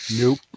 nope